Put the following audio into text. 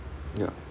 ya